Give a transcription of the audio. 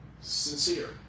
sincere